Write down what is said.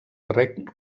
rec